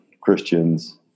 Christians